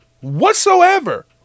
whatsoever